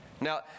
Now